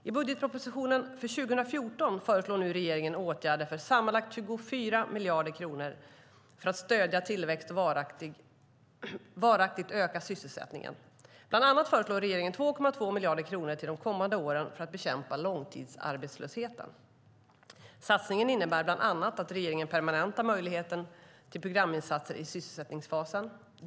I budgetpropositionen för 2014 föreslår regeringen åtgärder för sammanlagt 24 miljarder kronor 2014 för att stödja tillväxt och varaktigt öka sysselsättningen. Bland annat föreslår regeringen 2,2 miljarder kronor de kommande åren för att bekämpa långtidsarbetslösheten. Satsningen innebär bland annat att regeringen permanentar möjligheterna till programinsatser i sysselsättningsfasen.